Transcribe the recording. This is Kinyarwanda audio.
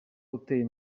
uteye